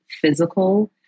physical